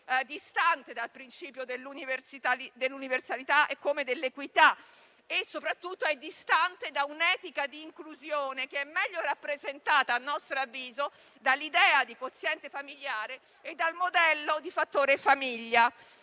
distante dal principio dell'universalità come dell'equità e, soprattutto, è distante da un'etica di inclusione, che è meglio rappresentata - a nostro avviso - dall'idea di quoziente familiare e dal modello di fattore famiglia.